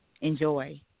enjoy